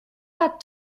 pas